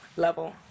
Level